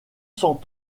cent